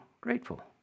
grateful